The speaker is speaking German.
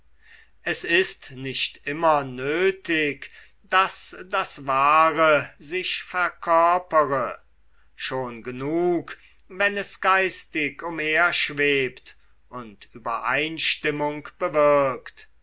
es ist nicht immer nötig daß das wahre sich verkörpere schon genug wenn es geistig umherschwebt und übereinstimmung bewirkt